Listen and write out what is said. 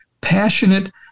passionate